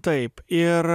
taip ir